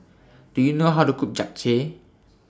Do YOU know How to Cook Japchae